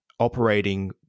operating